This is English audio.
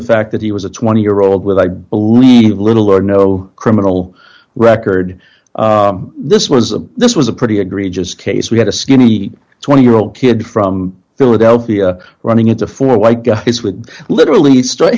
the fact that he was a twenty year old with i believe little or no criminal record this was a this was a pretty egregious case we had a skinny twenty year old kid from philadelphia running into four white guys would literally start